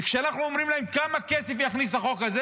וכשאנחנו אומרים להם: כמה כסף יכניס החוק הזה?